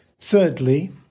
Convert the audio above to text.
Thirdly